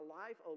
life